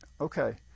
okay